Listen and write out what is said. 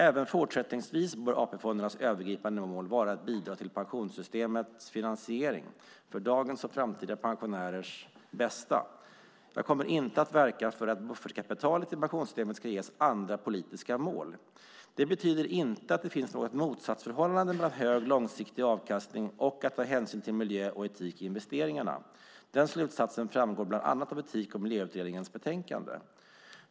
Även fortsättningsvis bör AP-fondernas övergripande mål vara att bidra till pensionssystemets finansiering för dagens och framtida pensionärers bästa. Jag kommer inte att verka för att buffertkapitalet i pensionssystemet ska ges andra politiska mål. Det betyder inte att det finns något motsatsförhållande mellan hög långsiktig avkastning och att ta hänsyn till miljö och etik i investeringarna. Den slutsatsen framgår bland annat av Etik och miljöutredningens betänkande.